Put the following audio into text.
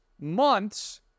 months